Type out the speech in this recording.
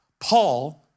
Paul